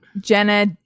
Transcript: Jenna